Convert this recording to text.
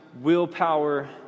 willpower